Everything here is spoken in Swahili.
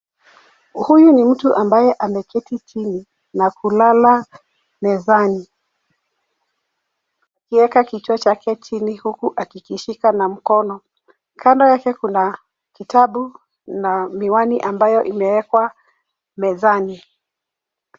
Huyu ni mtu ambaye ameketi chini na kulala mezani, akiweka kichwa chake chini huku akikishika na mkono. Kando yake kuna kitabu na miwani ambayo imewekwa mezani.